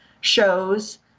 shows